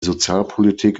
sozialpolitik